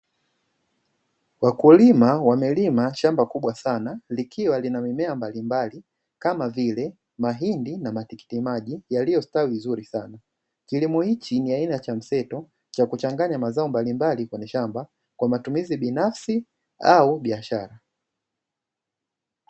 Wakulima wamelima shamba kubwa sana likiwa lina mimea mbalimbali kama vile mahindi na matikitimaji yaliyostawi vizuri sana. Kilimo hichi ni aina ya cha mseto cha kuchanganya mazao mbalimbali kwenye shamba kwa matumizi binafsi au biashara.